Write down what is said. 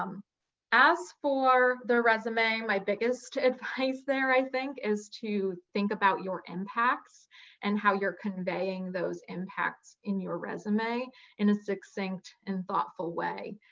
um as for the resume, my biggest advice there, i think, is to think about your impacts and how you're conveying those impacts in your resume in a succinct and thoughtful way.